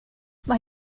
mae